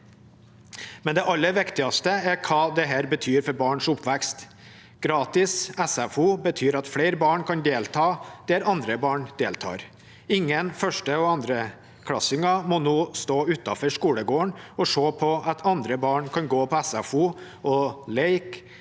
Men det aller viktigste er hva dette betyr for barns oppvekst. Gratis SFO betyr at flere barn kan delta der andre barn deltar. Ingen førsteklassinger eller andreklassinger må nå stå utenfor skolegården og se på at andre barn kan gå på SFO og leke,